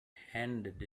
handed